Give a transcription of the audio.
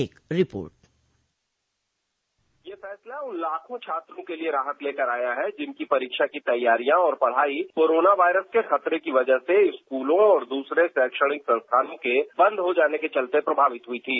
एक रिपोर्ट यह फैसला उन लाखों छात्रों के लिए राहत लेकर आया है जिनकी परीक्षा की तैयारियां और पढ़ाई कोरोना वायरस के खतरे की वजह से स्कूलों और दूसरे शैक्षणिक संस्थानों के बंद हो जाने के चलते प्रभावित हुई थीं